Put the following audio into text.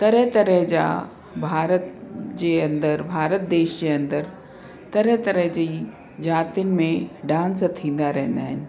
तरहं तरहं जा भारत जे अंदरि भारत देश जे अंदरि तरह तरह जी जातियुनि में डांस थींदा रहंदा आहिनि